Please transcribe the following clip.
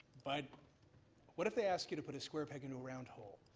but what if they ask you to put a square peg into a round hole.